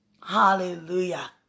Hallelujah